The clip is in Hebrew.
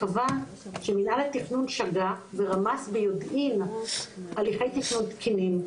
קבע שמנהל התכנון שגה ורמס ביודעין הליכי תיקנון תקינים.